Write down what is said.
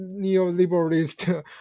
neoliberalist